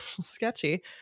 sketchy